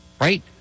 right